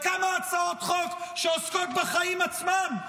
בכמה הצעות חוק שעוסקות בחיים עצמם,